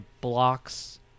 blocks